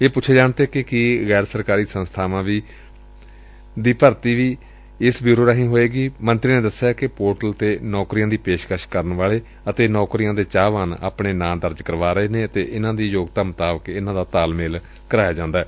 ਇਹ ਪੁੱਛੇ ਜਾਣ ਤੇ ਕਿ ਕੀ ਗੈਰ ਸਰਕਾਰੀ ਸੰਸਬਾਵਾਂ ਚ ਭਰਤੀ ਵੀ ਇਸ ਬਿਊਰੋ ਰਾਹੀ ਹੋਵੇਗੀ ਮੰਤਰੀ ਨੇ ਦਸਿਆ ਕਿ ਪੋਰਟਲ ਤੇ ਨੌਕਰੀਆਂ ਦੀ ਪੇਸ਼ਕਸ਼ ਕਰਨ ਵਾਲੇ ਅਤੇ ਨੌਕਰੀਆਂ ਦੇ ਚਾਹਵਾਨ ਆਪਣੇ ਨਾਂ ਦਰਜ ਕਰਵਾ ਰਹੇ ਨੇ ਅਤੇ ਇਨੁਾਂ ਦੀ ਯੋਗਤਾ ਮੁਤਾਬਿਕ ਮੇਲ ਕਰਾਇਆ ਜਾਏਗਾ